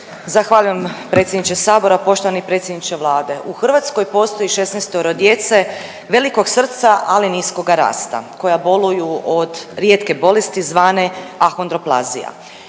Zahvaljujem predsjedniče sabora. Poštovani predsjedniče Vlade, u Hrvatskoj postoji 16-oro djece velikog srca ali niskoga rasta koja boluju od rijetke bolesti zvane ahondroplazija.